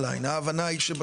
ההבנה היא שצריך "אונליין",